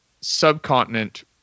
Subcontinent